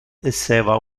esseva